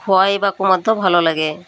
ଖୁଆଇବାକୁ ମଧ୍ୟ ଭଲ ଲାଗେ